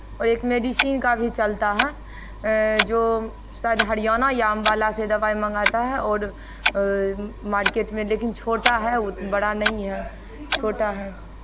और एक मेडिसीन का भी चलता है जो शायद हरियाणा या अम्बाला से दवाई मंगाता है और मार्केट में लेकिन छोटा है वो बड़ा नहीं है छोटा है